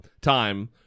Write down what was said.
time